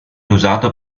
usato